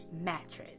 mattress